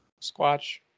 Squatch